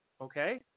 Okay